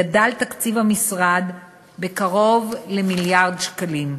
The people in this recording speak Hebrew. גדל תקציב המשרד בקרוב למיליארד שקלים.